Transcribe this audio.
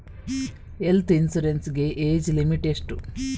Health insurance ಗೆ age limit ಎಷ್ಟು?